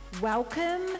Welcome